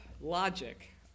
logic